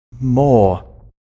more